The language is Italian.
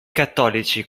cattolici